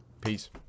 Peace